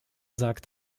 sagt